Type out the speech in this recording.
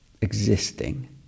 existing